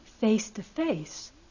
face-to-face